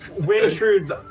Wintrude's